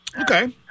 Okay